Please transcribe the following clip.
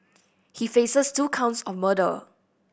he faces two counts on murder